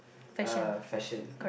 uh fashion